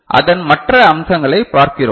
அதன் மற்ற அம்சங்களைப் பார்க்கிறோம்